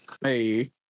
Hey